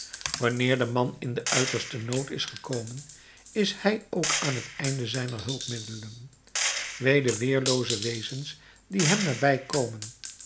wanneer de man in den uitersten nood is gekomen is hij ook aan het einde zijner hulpmiddelen wee de weerlooze wezens die hem nabijkomen